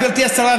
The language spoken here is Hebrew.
גברתי השרה,